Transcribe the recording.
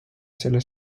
selle